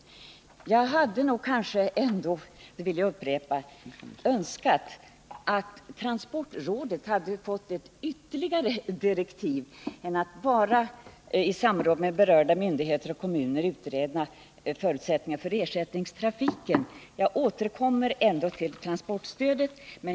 Jag hade ändå — det vill jag upprepa — önskat att transportrådet hade fått ytterligare direktiv än att bara i samråd med berörda myndigheter och kommuner utreda förutsättningarna för ersättningstrafiken. Jag ämnar därför återkomma till transportstödet.